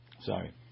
Sorry